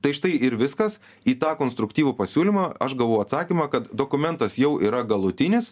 tai štai ir viskas į tą konstruktyvų pasiūlymą aš gavau atsakymą kad dokumentas jau yra galutinis